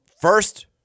first